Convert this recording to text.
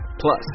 Plus